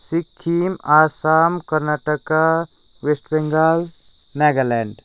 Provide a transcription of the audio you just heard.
Sikkim Assam Karnataka west Bengal Nagaland